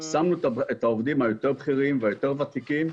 שמנו את העובדים היותר בכירים והיותר ותיקים.